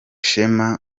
shema